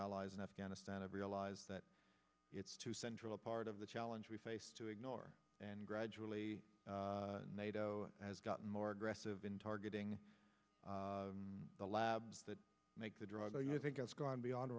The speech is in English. allies in afghanistan have realized that it's too central part of the challenge we face to ignore and gradually nato has gotten more aggressive in targeting the labs that make the drug you think it's gone beyond